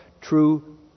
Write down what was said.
true